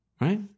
right